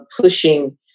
pushing